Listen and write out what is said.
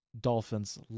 Dolphins